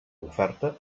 oferta